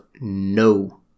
no